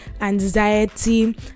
anxiety